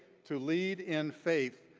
to lead in faith.